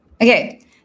Okay